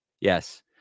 Yes